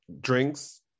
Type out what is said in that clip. drinks